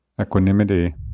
equanimity